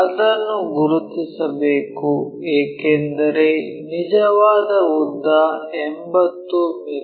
ಅದನ್ನು ಗುರುತಿಸಬೇಕು ಏಕೆಂದರೆ ನಿಜವಾದ ಉದ್ದ 80 ಮಿ